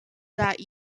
that